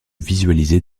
visualiser